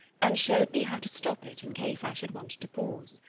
and showed me how to stop it in case i should want to pause.